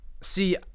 see